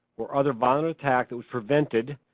or other violent attack that was prevented,